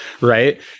right